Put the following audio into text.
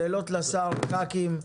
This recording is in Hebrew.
שאלות לשר של חברי הכנסת.